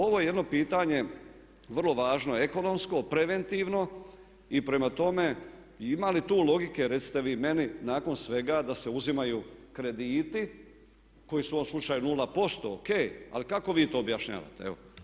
Ovo je jedno pitanje vrlo važno ekonomsko, preventivno i prema tome ima li tu logike recite vi meni nakon svega da se uzimaju krediti koji su u ovom slučaju 0%, ok, ali kako vi to objašnjavate?